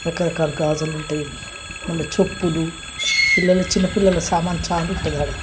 రకరకాల గాజులుంటాయి మళ్ళా చెప్పులు పిల్లల చిన్న పిల్లల సామాను చాలా ఉంటుందక్కడ